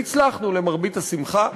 והצלחנו, למרבה השמחה.